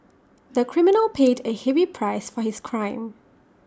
the criminal paid A heavy price for his crime